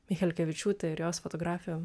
michelkevičiūte ir jos fotografijom